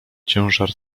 ciężar